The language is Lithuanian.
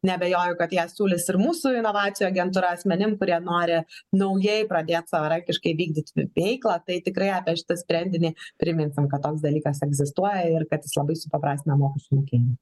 neabejoju kad jie siūlys ir mūsų inovacijų agentūra asmenim kurie nori naujai pradėt savarankiškai vykdyt veiklą tai tikrai apie šitą sprendinį priminsim kad toks dalykas egzistuoja ir kad jis labai supaprastina mokesčių surinkimą